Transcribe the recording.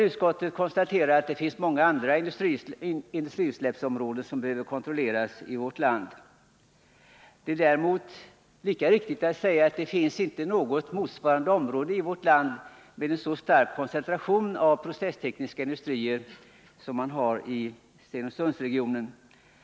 Utskottets konstaterande att det finns många andra industriutsläppsområden i vårt land som behöver kontrolleras är riktigt. Det är lika riktigt att säga att det inte finns något annat område i Sverige som har en så stark koncentration av processtekniska industrier som Stenungsundsregionen.